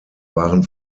waren